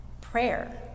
Prayer